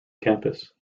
campus